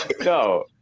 no